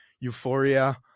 euphoria